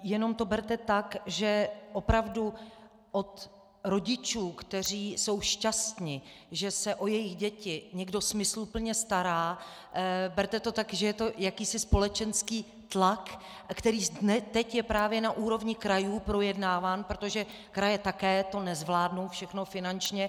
Jenom to berte tak, že opravdu od rodičů, kteří jsou šťastni, že se o jejich děti někdo smysluplně stará, berte to tak, že je to jakýsi společenský tlak, který teď je právě na úrovni krajů projednáván, protože kraje to také nezvládnou všechno finančně.